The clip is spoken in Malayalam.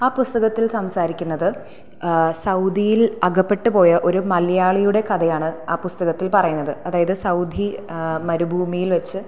ആ പുസ്തകത്തിൽ സംസാരിക്കുന്നത് സൗദിയിൽ അകപ്പെട്ടു പോയ ഒരു മലയാളിയുടെ കഥയാണ് ആ പുസ്തകത്തിൽ പറയുന്നത് അതായത് സൗദി മരുഭൂമിയിൽ വെച്ച്